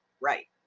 right